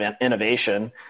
innovation